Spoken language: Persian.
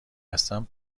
هستم